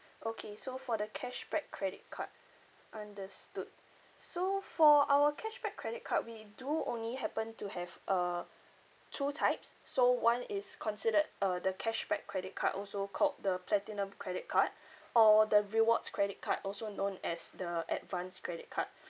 okay so for the cashback credit card understood so for our cashback credit card we do only happen to have uh two types so one is considered uh the cashback credit card also called the platinum credit card or the rewards credit card also known as the advanced credit card